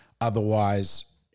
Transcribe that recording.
otherwise